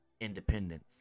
independence